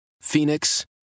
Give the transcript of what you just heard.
Phoenix